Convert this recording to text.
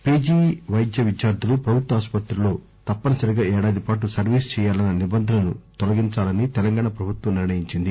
PG వైద్య విద్యార్ధులు ప్రభుత్వ ఆసుపత్రిలో తప్పనిసరిగా ఏడాది పాటు సర్వీస్ చేయాలన్న నిబంధనను తొలగించాలని తెలంగాణ ప్రభుత్వం నిర్ణయించింది